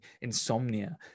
insomnia